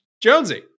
Jonesy